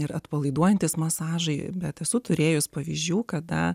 ir atpalaiduojantys masažai bet esu turėjęs pavyzdžių kada